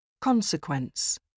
Consequence